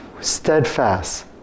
steadfast